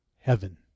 heaven